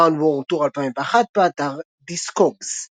Drowned World Tour 2001 באתר Discogs